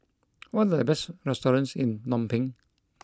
what are the best restaurants in Phnom Penh